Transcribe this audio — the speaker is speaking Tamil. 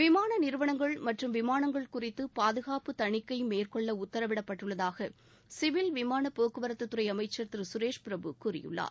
விமான நிறுவனங்கள் மற்றும் விமானங்கள் குறித்து பாதுகாப்பு தணிக்கை மேற்கொள்ள உத்தரவிடப்பட்டுள்ளதாக சிவில் விமான போக்குவரத்து துறை அமைச்சர் திரு சுரேஷ் பிரபு கூறியுள்ளார்